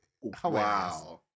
Wow